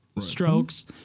strokes